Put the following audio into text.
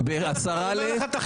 אין לי בעיה.